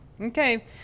Okay